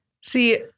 see